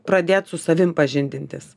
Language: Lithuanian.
pradėt su savim pažindintis